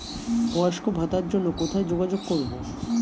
বয়স্ক ভাতার জন্য কোথায় যোগাযোগ করব?